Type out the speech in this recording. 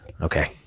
okay